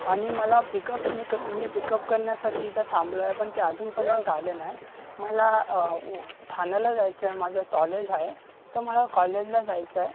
आणि मला पिकअप मी क् पिकअप करण्यासाठी इथं थांबलो आहे पण ते अजूनपर्यंत आले नाही मला ठाण्याला जायचं आहे माझं सॉलेज आहे तर मला कॉलेजला जायचं आहे